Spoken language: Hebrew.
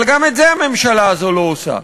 אבל גם את זה הממשלה הזו לא עושה.